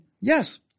yes